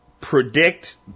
predict